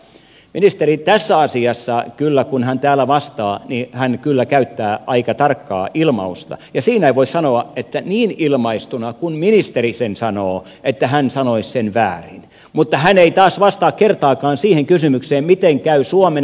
ministeri tässä asiassa kyllä kun hän täällä vastaa käyttää aika tarkkaa ilmausta ja siinä ei voi sanoa että niin ilmaistuna kuin ministeri sen sanoo hän sanoisi sen väärin mutta hän ei taas vastaa kertaakaan siihen kysymykseen miten käy suomen vastuulupausten määrän